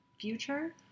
future